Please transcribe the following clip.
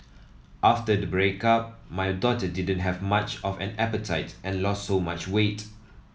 after the breakup my daughter didn't have much of an appetite and lost so much weight